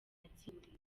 yatsindiye